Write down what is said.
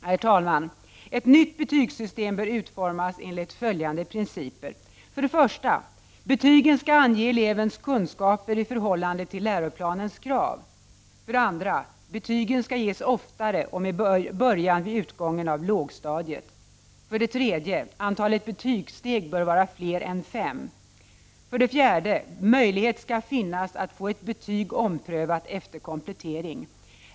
Herr talman! Ett nytt betygssystem bör utformas enligt följande principer: 2. Betygen skall ges oftare och med början vid utgången av lågstadiet. 3. Antalet betygssteg bör vara fler än fem. 4. Möjlighet skall finnas att få ett betyg omprövat efter komplettering.